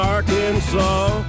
Arkansas